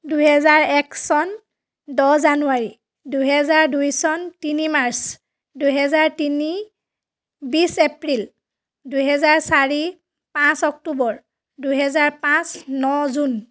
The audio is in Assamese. দুহেজাৰ এক চন দহ জানুৱাৰী দুহেজাৰ দুই চন তিনি মাৰ্চ দুহেজাৰ তিনি বিছ এপ্ৰিল দুহেজাৰ চাৰি পাঁচ অক্টোবৰ দুহেজাৰ পাঁচ ন জুন